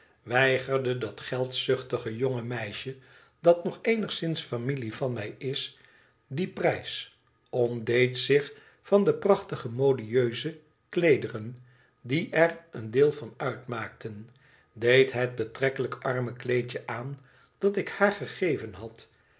weigerde dat geldzuchtige jonge meisje dat nog eenigszins familie van mij is dien prijs ontdeed zich van de prachtige modieuze kieederen die er een deel van uitmaakten deed het betrekkelijk arme kleedje aan dat ik haar gegeven had